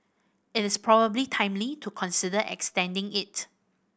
it is probably timely to consider extending it